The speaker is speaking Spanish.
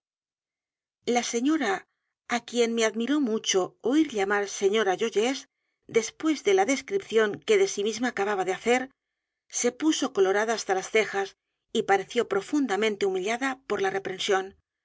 la señora á quien me admiró mucho oir llamar s e ñora joyeuse después de la descripción que de sí misma acababa de hacer se puso colorada hasta las cejas y pareció profundamente humillada por la reprensión